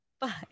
Bye